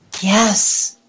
yes